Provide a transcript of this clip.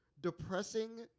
depressing